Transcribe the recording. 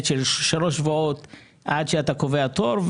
של שלושה שבועות עד שאדם קובע תור,